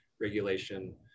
regulation